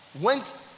went